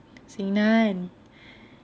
xingnan